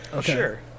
Sure